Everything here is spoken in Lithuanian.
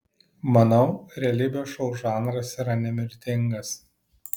manau realybės šou žanras yra nemirtingas